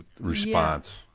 response